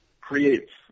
creates